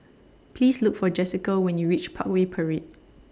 Please Look For Jessika when YOU REACH Parkway Parade